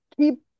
keep